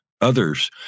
others